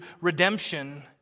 redemption